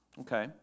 Okay